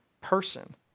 person